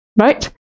right